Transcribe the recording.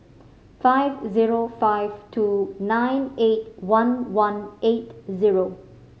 five zero five two nine eight one one eight zero